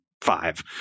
five